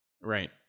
Right